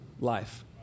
life